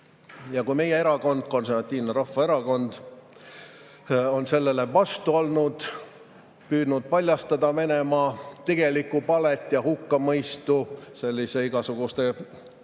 Ja kui meie erakond, [Eesti] Konservatiivne Rahvaerakond on sellele vastu olnud, püüdnud paljastada Venemaa tegelikku palet ja hukka mõista igasuguseid